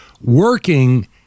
working